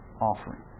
offering